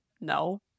No